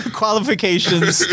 qualifications